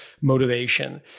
motivation